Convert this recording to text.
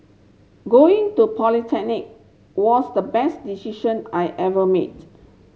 going to polytechnic was the best decision I ever made